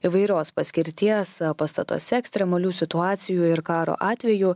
įvairios paskirties pastatuose ekstremalių situacijų ir karo atveju